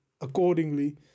accordingly